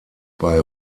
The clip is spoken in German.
bei